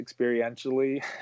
experientially